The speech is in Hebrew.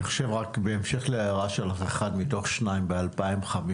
בהמשך להערה של אחד מתוך שניים ב-2050,